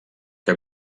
que